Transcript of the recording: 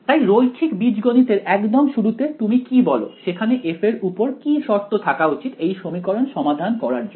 তাই রৈখিক বীজগণিত এর একদম শুরুতে তুমি কি বলো সেখানে f এর উপর কি শর্ত থাকা উচিত এই সমীকরণ সমাধান করার জন্য